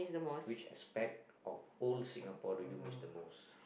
which aspect of old Singapore do you miss the most